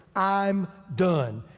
i'm done.